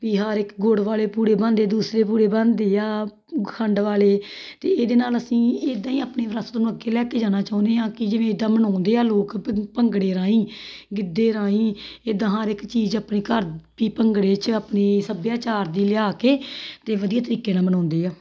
ਵੀ ਹਰ ਇੱਕ ਗੁੜ ਵਾਲੇ ਪੂੜੇ ਬਣਦੇ ਦੂਸਰੇ ਪੂੜੇ ਬਣਦੇ ਆ ਖੰਡ ਵਾਲੇ ਅਤੇ ਇਹਦੇ ਨਾਲ ਅਸੀਂ ਇੱਦਾਂ ਹੀ ਆਪਣੀ ਵਿਰਾਸਤ ਨੂੰ ਅੱਗੇ ਲੈ ਕੇ ਜਾਣਾ ਚਾਹੁੰਦੇ ਹਾਂ ਕਿ ਜਿਵੇਂ ਇੱਦਾਂ ਮਨਾਉਂਦੇ ਹਾਂ ਲੋਕ ਭੰ ਭੰਗੜੇ ਰਾਹੀਂ ਗਿੱਧੇ ਰਾਹੀਂ ਇੱਦਾਂ ਹਰ ਇੱਕ ਚੀਜ਼ ਆਪਣੀ ਘਰ ਵੀ ਭੰਗੜੇ 'ਚ ਆਪਣੀ ਸੱਭਿਆਚਾਰ ਦੀ ਲਿਆ ਕੇ ਅਤੇ ਵਧੀਆ ਤਰੀਕੇ ਨਾਲ ਮਨਾਉਂਦੇ ਹਾਂ